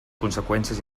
conseqüències